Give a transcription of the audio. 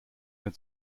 mehr